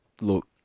look